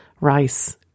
rice